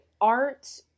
art